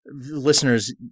Listeners